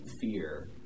fear